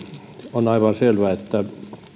on aivan selvä että